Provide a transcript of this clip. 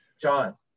John